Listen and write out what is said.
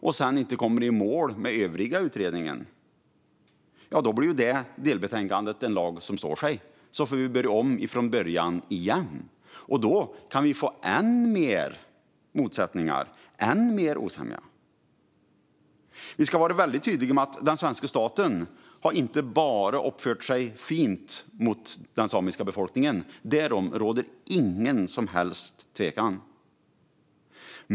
Om man inte kommer i mål med den övriga utredningen blir ju delbetänkandet den lag som står sig, och vi får börja om från början igen. Då kan vi få än mer motsättningar och än mer osämja. Vi ska vara väldigt tydliga med att den svenska staten inte bara uppfört sig fint mot den samiska befolkningen. Därom råder inget som helst tvivel.